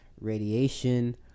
radiation